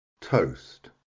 toast